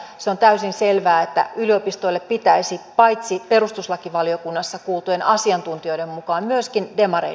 se on täysin selvää että yliopistoille pitäisi paitsi perustuslakivaliokunnassa kuultujen asiantuntijoiden mukaan myöskin demari